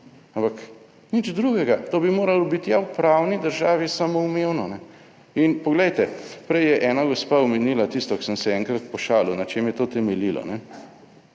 ampak nič drugega. To bi moralo biti ja v pravni državi samoumevno. In poglejte, prej je ena gospa omenila, tisto kar sem se enkrat pošalil, na čem je to temeljilo.